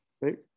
right